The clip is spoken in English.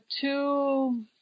two